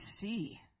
see